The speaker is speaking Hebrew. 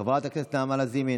חברת הכנסת נעמה לזימי,